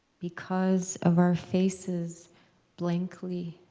because of our faces blankly,